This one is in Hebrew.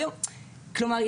כלומר,